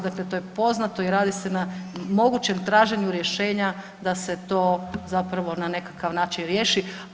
Dakle, to je poznato i radi se na mogućem traženju rješenja da se to zapravo na nekakav način riješi.